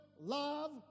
love